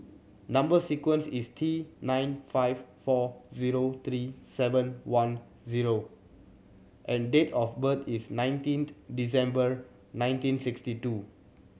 number sequence is T nine five four zero three seven one zero and date of birth is nineteenth December nineteen sixty two